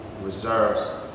reserves